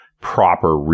proper